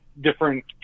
different